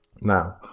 now